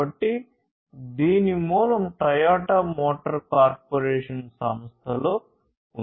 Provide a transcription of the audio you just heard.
కాబట్టి దీని మూలం టయోటా మోటార్ కార్పొరేషన్ సంస్థలో ఉంది